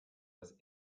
das